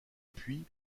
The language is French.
puits